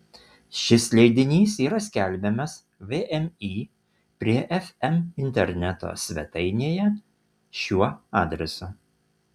šis leidinys yra skelbiamas vmi prie fm interneto svetainėje šiuo adresu